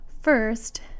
First